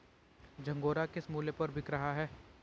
झंगोरा किस मूल्य पर बिक रहा है?